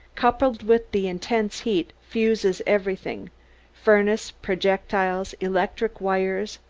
coupled with the intense heat, fuses everything furnace, projectiles, electric wires,